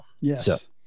Yes